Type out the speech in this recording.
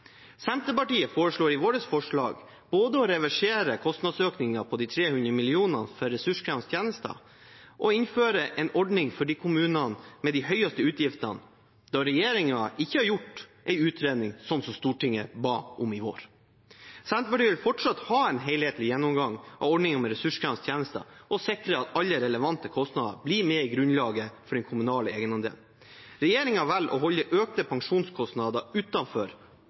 Senterpartiet foreslår i sitt forslag både å reversere kostnadsøkningen på de 300 mill. kr for ressurskrevende tjenester og innføre en ordning for kommunene med de høyeste utgiftene, da regjeringen ikke har gjort en utredning, slik Stortinget ba om i vår. Senterpartiet vil fortsatt ha en helhetlig gjennomgang av ordningen med ressurskrevende tjenester og sikre at alle relevante kostnader blir med i grunnlaget for den kommunale egenandelen. Regjeringen velger å holde økte pensjonskostnader